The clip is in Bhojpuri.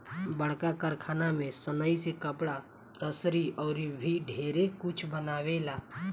बड़का कारखाना में सनइ से कपड़ा, रसरी अउर भी ढेरे कुछ बनावेला